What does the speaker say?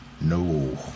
no